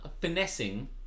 Finessing